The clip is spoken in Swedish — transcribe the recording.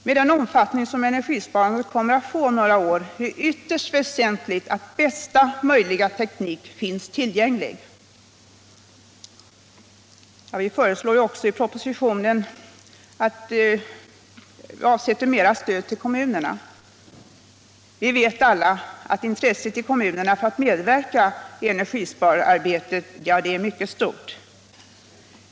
Med den omfattning som energisparandet kommer att få om några år är det ytterst väsentligt att bästa möjliga teknik finns tillgänglig. I propositionen föreslår vi också att medel avsätts för stöd till kommunerna. Vi vet alla att intresset i kommunerna för att medverka i energispararbetei är mycket stort.